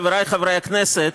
חברי חברי הכנסת,